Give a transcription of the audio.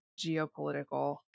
geopolitical